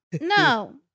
No